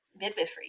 midwifery